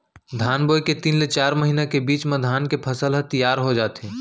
धान बोए के तीन ले चार महिना के बीच म धान के फसल ह तियार हो जाथे